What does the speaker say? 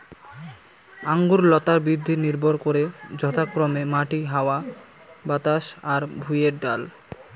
আঙুর লতার বৃদ্ধি নির্ভর করে যথাক্রমে মাটি, হাওয়া বাতাস আর ভুঁইয়ের ঢাল